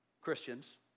Christians